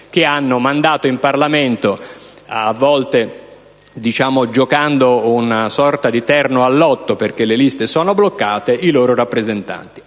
che hanno mandato in Parlamento - giocando a volte una sorta di terno al lotto, perché le liste sono bloccate - i loro rappresentanti.